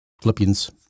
Philippians